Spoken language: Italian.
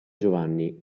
giovanni